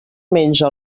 menja